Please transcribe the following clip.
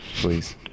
Please